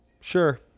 Sure